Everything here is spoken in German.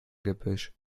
gebüsch